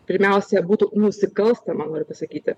pirmiausia būtų nusikalstama noriu pasakyti